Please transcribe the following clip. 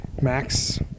max